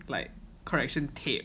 like correction tape